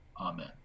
Amen